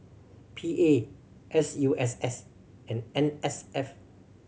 P A S U S S and N S F